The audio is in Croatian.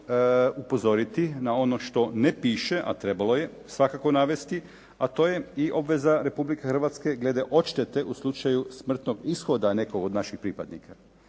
upozoriti na ono što ne piše, a trebalo je svakako navesti, a to je i obveza Republike Hrvatske glede odštete u slučaju smrtnog ishoda od nekog od naših pripadnika.